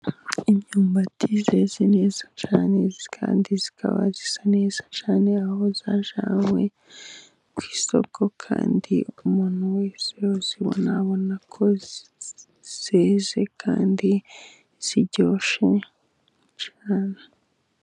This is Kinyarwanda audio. Imyumbati yeze neza cyane, kandi ikaba isa neza cyane, aho yajyanywe ku isoko, kandi umuntu wese uyibona abona ko yeze, kandi iryoshye.